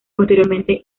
posteriormente